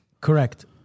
Correct